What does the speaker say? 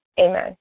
Amen